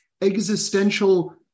existential